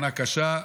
שנה קשה,